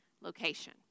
location